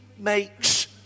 makes